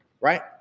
Right